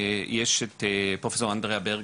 יש את פרופסור אנדראה ברגר,